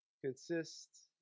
consists